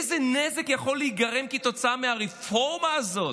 איזה נזק יכול להיגרם כתוצאה מהרפורמה הזאת.